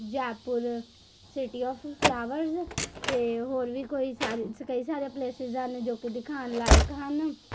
Jaipur city of flowers ਅਤੇ ਹੋਰ ਵੀ ਕੋਈ ਸਾਰੇ ਕਈ ਸਾਰੇ ਪਲੇਸਿਸ ਹਨ ਜੋ ਕਿ ਦਿਖਾਉਣ ਲਾਇਕ ਹਨ